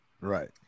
Right